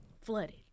flooded